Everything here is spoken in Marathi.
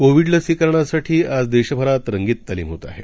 कोविडलसीकरणासाठीआजदेशभरातरंगीततालीमहोतआहे